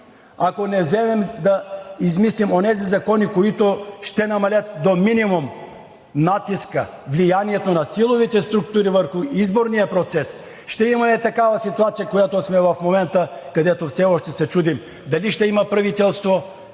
ако не вземем да измислим онези закони, които ще намалят до минимум натиска, влиянието на силовите структури върху изборния процес, ще има ето такава ситуация, в която сме в момента, където все още се чудим дали ще има правителство,